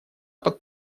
под